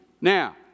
Now